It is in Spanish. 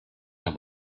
las